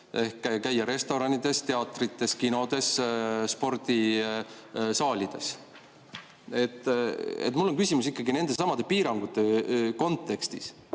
käia restoranides, teatrites, kinodes, spordisaalides. Mul on küsimus nendesamade piirangute kontekstis.